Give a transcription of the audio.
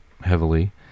heavily